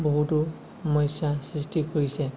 বহুতো সমস্যাৰ সৃষ্টি কৰিছে